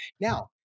Now